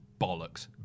bollocks